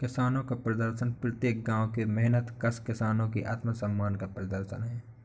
किसानों का प्रदर्शन प्रत्येक गांव के मेहनतकश किसानों के आत्मसम्मान का प्रदर्शन है